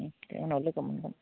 देह उनाव लोगो मोनगोन